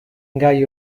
gai